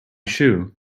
shoe